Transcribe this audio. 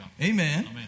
Amen